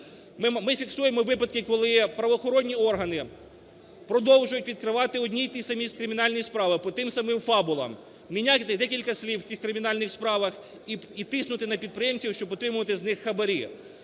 Ми фіксуємо випадки, коли правоохоронні органи продовжують відкривати одні і ті самі кримінальні справи по тим самим фабулам, міняти декілька слів в цих кримінальних справах і тиснути на підприємців, щоб отримувати з них хабарі.